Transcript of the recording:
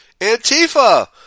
Antifa